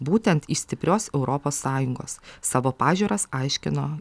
būtent iš stiprios europos sąjungos savo pažiūras aiškino